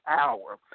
hour